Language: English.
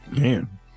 man